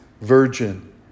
virgin